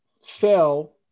sell